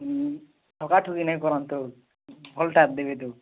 ହୁଁ ଠକାଠକି ନାଇଁ କରନ୍ତୁ ଭଲ୍ଟା ଦେବେ ତ